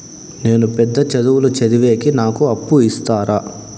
నేను పెద్ద చదువులు చదివేకి నాకు అప్పు ఇస్తారా